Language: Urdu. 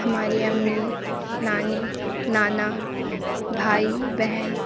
ہماری امی نانی نانا بھائی بہن